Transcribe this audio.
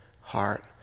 heart